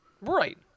Right